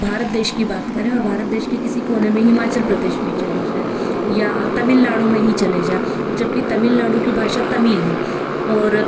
भारत देश की बात करें और भारत देश के किसी कोने में हिमाचल प्रदेश में चले जाए या तमिलनाडु में ही चले जा जबकि तमिलनाडु की भाषा तमिल और